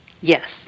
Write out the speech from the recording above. Yes